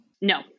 No